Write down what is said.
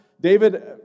David